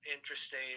interesting